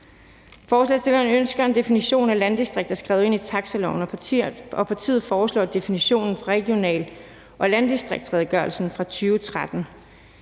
Forslagsstillerne ønsker en definition af landdistrikter skrevet ind i taxiloven, og partiet foreslår definitionen fra regional- og landdistriktsredegørelsen fra 2013.